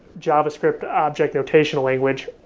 javascript object notation language,